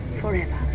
forever